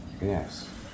Yes